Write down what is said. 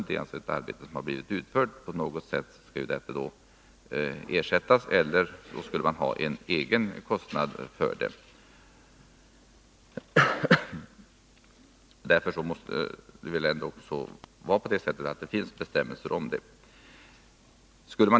Men ett arbete har blivit utfört, och på något sätt skall detta ersättas — eller också skulle vederbörande ha en egen kostnad för det. Därför måste det finnas bestämmelser om detta.